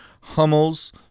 Hummels